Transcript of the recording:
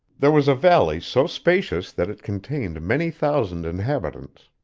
there was a valley so spacious that it contained many thousand inhabitants.